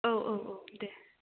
औ औ औ देह